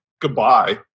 goodbye